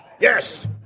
Yes